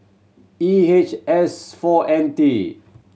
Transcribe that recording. E H S four N T